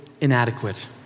inadequate